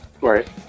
Right